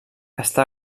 està